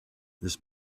this